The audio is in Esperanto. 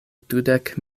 dudek